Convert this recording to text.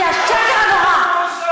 כי השקר הנורא,